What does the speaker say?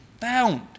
found